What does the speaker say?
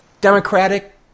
Democratic